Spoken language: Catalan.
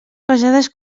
pesades